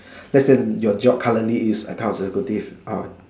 that's in your job currently is account executive ah